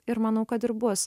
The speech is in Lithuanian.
ir manau kad ir bus